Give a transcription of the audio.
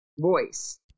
voice